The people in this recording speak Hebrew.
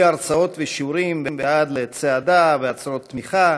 מהרצאות ושיעורים ועד לצעדה ועצרות תמיכה,